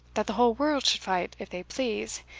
that the whole world should fight if they please,